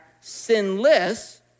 sinless